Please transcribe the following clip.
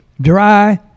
dry